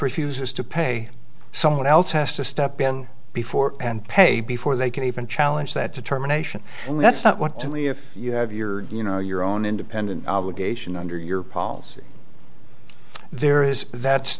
refuses to pay someone else has to step in before and pay before they can even challenge that determination and that's not what to me if you have your you know your own independent obligation under your policy there is that